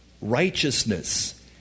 Righteousness